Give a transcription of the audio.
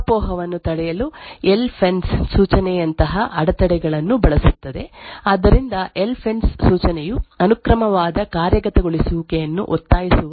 Spectre ಮೊದಲ variant ಸೂಚಿಸಲಾದ ಇತರ ತಂತ್ರಗಳೆಂದರೆ ಕಂಪೈಲರ್ ಪ್ಯಾಚ್ಗಳು ಇದು ಊಹಾಪೋಹವನ್ನು ತಡೆಯಲು ಎಲ್ ಫೆನ್ಸ್ ಸೂಚನೆಯಂತಹ ಅಡೆತಡೆಗಳನ್ನು ಬಳಸುತ್ತದೆ ಆದ್ದರಿಂದ ಎಲ್ ಫೆನ್ಸ್ ಸೂಚನೆಯು ಅನುಕ್ರಮವಾದ ಕಾರ್ಯಗತಗೊಳಿಸುವಿಕೆಯನ್ನು ಒತ್ತಾಯಿಸುವ X86 ಪ್ರೊಸೆಸರ್ ಗಳಿಂದ ಬೆಂಬಲಿತವಾಗಿದೆ